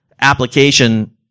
application